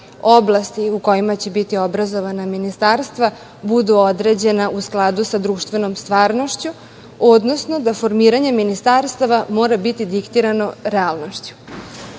oblasti u kojima će biti obrazovana ministarstva budu određena u skladu sa društvenom stvarnošću, odnosno da formiranje ministarstava mora biti diktirano realnošću. Svi